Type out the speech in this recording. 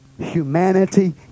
Humanity